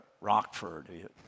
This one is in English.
Rockford